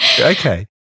Okay